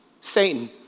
Satan